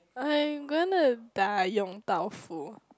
I'm gonna die Yong-Tau-Foo